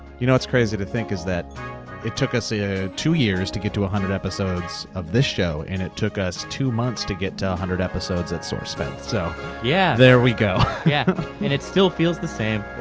you know what's crazy to think is that it took us ah two years to get to a hundred episodes of this show. and it took us two months to get to a hundred episodes at source fed, so yeah. there we go. yeah and it still feels the same.